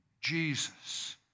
Jesus